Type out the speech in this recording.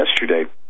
yesterday